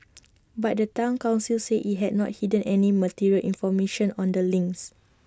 but the Town Council said IT had not hidden any material information on the links